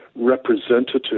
Representative